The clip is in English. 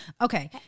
Okay